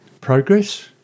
progress